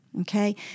okay